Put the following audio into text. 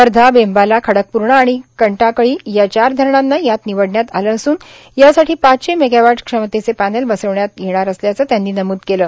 वर्धा बेंबाला खडकपूर्णा आणि कंटाकळी या चार धरणांना यात निवडण्यात आलं असून यासाठी पाचशे मेगावप्त क्षमतेचे प्रवाल लावण्यात येणार असल्याचं त्यांनी नम्द केलं